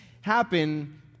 happen